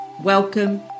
Welcome